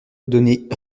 donnée